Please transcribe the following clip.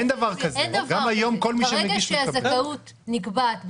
ברגע שהזכאות נקבעת בקריטריונים,